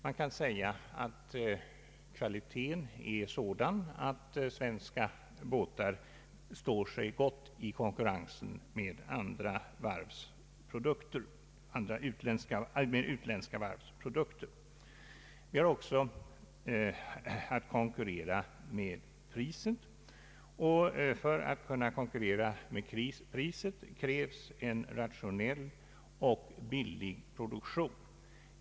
Man kan säga att svenska båtar har sådan kvalitet att de står sig gott i konkurrens med utländska varvs produkter. Vidare har den svenska varvsindustrin att konkurrera med priset, och för att kunna göra det krävs en rationell och billig produktion.